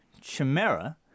Chimera